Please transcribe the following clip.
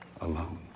alone